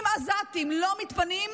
אם עזתים לא מתפנים,